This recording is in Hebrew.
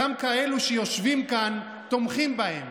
גם כאלה שיושבים כאן, תומכים בהם.